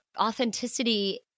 authenticity